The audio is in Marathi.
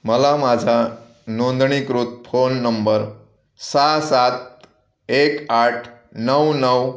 मला माझा नोंदणीकृत फोन नंबर सहा सात एक आठ नऊ नऊ